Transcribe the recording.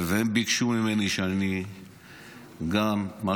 הם ביקשו ממני שאני גם אביא,